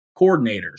coordinators